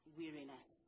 weariness